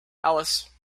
alice